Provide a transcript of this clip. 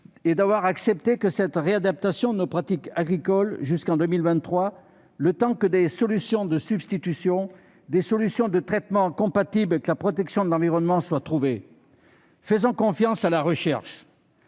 conduit à accepter cette réadaptation de nos pratiques agricoles jusqu'en 2023, le temps que des solutions de substitution, de traitement compatible avec la protection de l'environnement, soient trouvées. Faisons confiance à la recherche